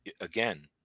again